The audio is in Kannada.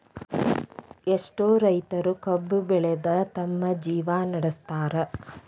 ಎಷ್ಟೋ ರೈತರು ಕಬ್ಬು ಬೆಳದ ತಮ್ಮ ಜೇವ್ನಾ ನಡ್ಸತಾರ